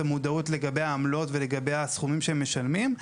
המודעות לגבי העמלות ולגבי הסכומים שהם משלמים.